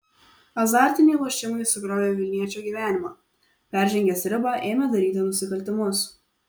azartiniai lošimai sugriovė vilniečio gyvenimą peržengęs ribą ėmė daryti nusikaltimus